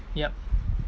yup